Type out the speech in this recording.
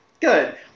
good